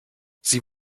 sie